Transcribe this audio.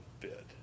bit